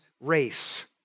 race